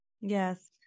yes